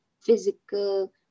physical